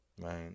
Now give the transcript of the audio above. Right